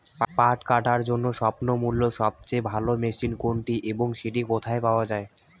পাট কাটার জন্য স্বল্পমূল্যে সবচেয়ে ভালো মেশিন কোনটি এবং সেটি কোথায় পাওয়া য়ায়?